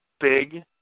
big